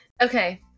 Okay